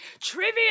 Trivia